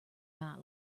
not